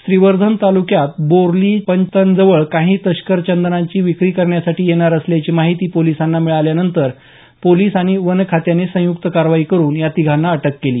श्रीवर्धन तालुक्यात बोर्ली पंचतनजवळ काही तस्कर चंदनाची विक्री करण्यासाठी येणार असल्याची माहिती पोलिसांना मिळाल्यानंतर पोलीस आणि वनखात्याने संयुक्त कारवाई करून या तिघांना अटक केली